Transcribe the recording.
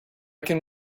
can